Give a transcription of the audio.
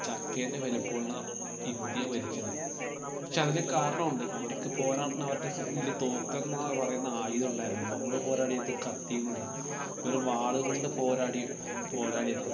ചക്കേൻ്റെ വലുപ്പമുള്ള ഇന്ത്യ ഭരിച്ചത് പക്ഷേ അതിലും കാരണമുണ്ട് അവർക്ക് പോരാടാൻ അവരുടെ കൈയിൽ തോക്ക് എന്ന് പറയുന്ന ആയുധം ഉണ്ടായിരുന്നു നമ്മൾ പോരാടിയത് കത്തിയും കൊണ്ടാണ് വെറും വാളുകൊണ്ട് പോരാ പോരാടിയതാണ്